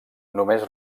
només